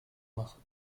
machen